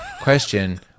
Question